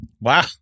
Wow